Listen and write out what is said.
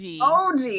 OG